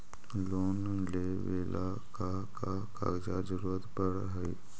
Loan लेवेला का का कागजात जरूरत पड़ हइ?